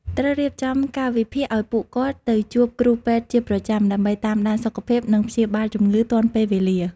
ត្រូវរៀបចំកាលវិភាគឱ្យពួកគាត់ទៅជួបគ្រូពេទ្យជាប្រចាំ ដើម្បីតាមដានសុខភាព និងព្យាបាលជំងឺទាន់ពេលវេលា។